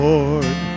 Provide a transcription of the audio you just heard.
Lord